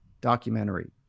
documentary